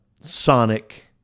sonic